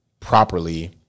properly